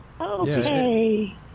Okay